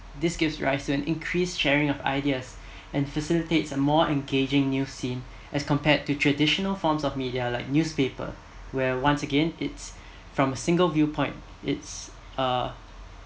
this gives rise to an increase sharing of ideas and facilitates a more engaging news seen as compared to traditional forms of media like newspaper where once again it's from a single view point it's uh